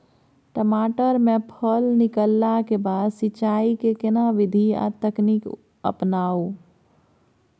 टमाटर में फल निकलला के बाद सिंचाई के केना विधी आर तकनीक अपनाऊ?